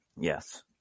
yes